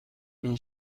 این